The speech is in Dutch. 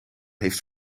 heeft